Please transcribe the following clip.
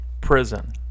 prison